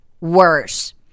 worse